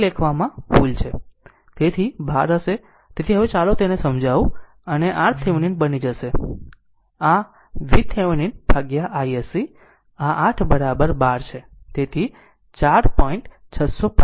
તેથી આ 12 હશે તેથી ચાલો હું તેને સમજાવું અને RThevenin બની જશે આ this VThevenin ભાગ્યા isc આ 8 12 છે તેથી 4